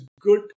good